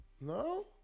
No